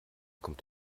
kommt